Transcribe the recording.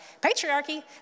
patriarchy